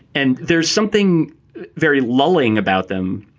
and there's something very loling about them